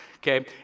Okay